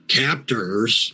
captors